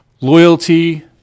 Loyalty